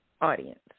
audience